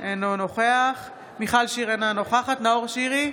אינו נוכח מיכל שיר סגמן, אינה נוכחת נאור שירי,